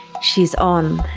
she's on.